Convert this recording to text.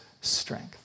strength